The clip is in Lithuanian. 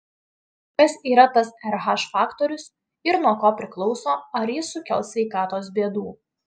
kas yra tas rh faktorius ir nuo ko priklauso ar jis sukels sveikatos bėdų